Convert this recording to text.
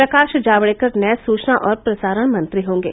प्रकाश जावडेकर नये सूचना और प्रसारण मंत्री होंगे